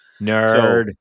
Nerd